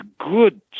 good